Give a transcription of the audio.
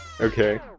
Okay